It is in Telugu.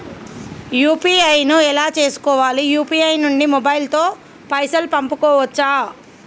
యూ.పీ.ఐ ను ఎలా చేస్కోవాలి యూ.పీ.ఐ నుండి మొబైల్ తో పైసల్ పంపుకోవచ్చా?